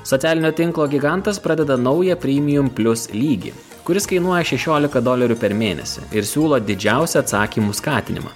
socialinio tinklo gigantas pradeda naują prymijum plius lygį kuris kainuoja šešiolika dolerių per mėnesį ir siūlo didžiausią atsakymų skatinimą